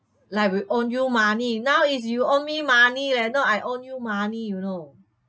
like we owe your money now is you owe me money leh not I owe you money you know